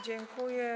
Dziękuję.